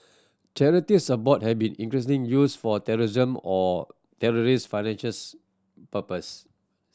charities abroad have been increasingly used for terrorism or terrorist purposes